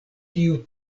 tiu